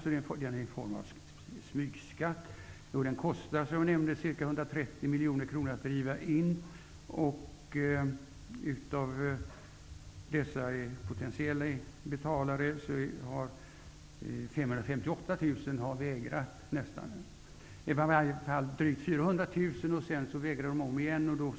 Det rör sig alltså om en form av smygskatt. Det kostar ca 130 miljoner kronor att driva in licensavgiften. Av antalet potentiella betalare har åtminstone drygt 400 000 vägrat att betala.